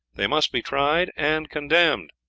they must be tried and condemned.